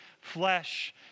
flesh